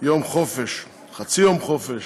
יום חופשה, חצי יום חופשה,